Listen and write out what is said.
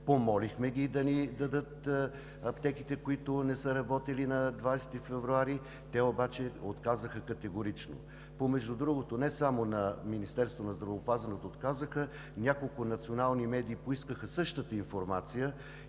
помолихме ги да ни дадат аптеките, които не са работили на 20 февруари, те обаче отказаха категорично. Между другото, отказаха не само на Министерството на здравеопазването, няколко национални медии поискаха същата информация